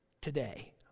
today